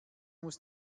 muss